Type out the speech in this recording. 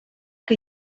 que